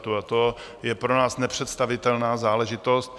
A to je pro nás nepředstavitelná záležitost.